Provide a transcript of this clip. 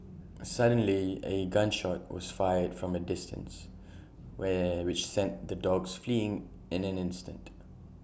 suddenly A gun shot was fired from A distance where which sent the dogs fleeing in an instant